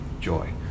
joy